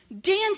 Dance